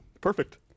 perfect